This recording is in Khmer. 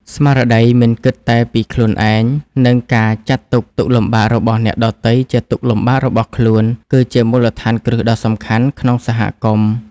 ស្មារតីមិនគិតតែពីខ្លួនឯង និងការចាត់ទុក ទុក្ខលំបាករបស់អ្នកដទៃជាទុក្ខលំបាករបស់ខ្លួន គឺជាមូលដ្ឋានគ្រឹះដ៏សំខាន់ក្នុងសហគមន៍។